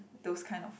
those kind of